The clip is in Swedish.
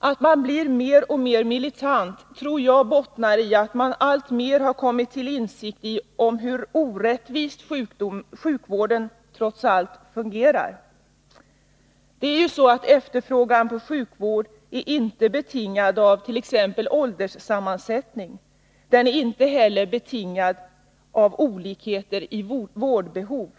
Att man blir mer och mer militant tror jag bottnar i att man alltmer kommit till insikt om hur orättvist sjukvården trots allt fungerar. Efterfrågan på sjukvård är inte betingad av t.ex. ålderssammansättning, och den är inte heller betingad av olikheter i vårdbehov.